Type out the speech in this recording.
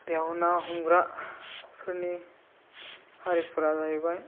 बेयाव ना हमग्राफोरनि हारिफ्रा जाहैबाय